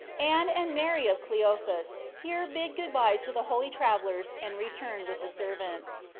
anne and mary of cleophas here bid good-bye to the holy travellers and returned with the servants.